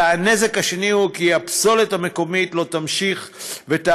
והנזק השני הוא שהפסולת המקומית לא תהפוך